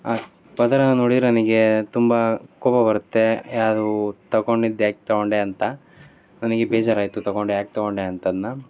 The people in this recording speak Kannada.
ಆ ಪದರ ನೋಡಿ ನನಗೆ ತುಂಬ ಕೋಪ ಬರುತ್ತೆ ಯಾರು ತೊಗೊಂಡಿದ್ದು ಯಾಕೆ ತೊಗೊಂಡೆ ಅಂತ ನನಗೆ ಬೇಜಾರಾಯಿತು ತೊಗೊಂಡೆ ಯಾಕೆ ತೊಗೊಂಡೆ ಅಂತ ಅದನ್ನ